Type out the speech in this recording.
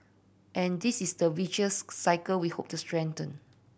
and this is the virtuous cycle we hope to strengthen